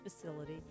facility